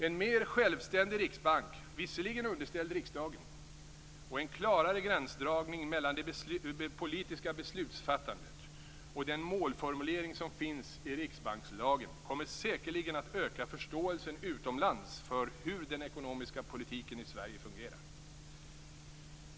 En mer självständig riksbank, visserligen underställd riksdagen, och en klarare gränsdragning mellan det politiska beslutsfattandet och den målformulering som finns i riksbankslagen kommer säkerligen att öka förståelsen utomlands för hur den ekonomiska politiken i Sverige fungerar.